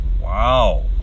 wow